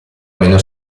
meno